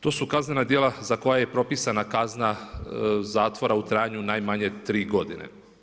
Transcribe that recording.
To su kaznena djela za koja je propisana kazna zatvora u trajanju najmanje 3 godine.